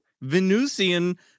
Venusian